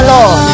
Lord